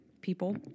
People